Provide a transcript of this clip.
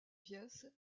pièce